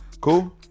cool